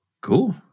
Cool